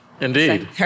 Indeed